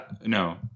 No